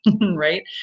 right